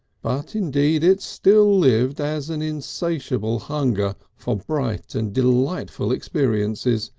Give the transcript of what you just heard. but indeed it still lived as an insatiable hunger for bright and delightful experiences,